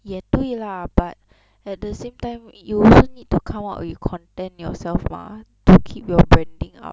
也对 lah but at the same time you will also need to come out with content yourself mah to keep your branding up